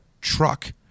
truck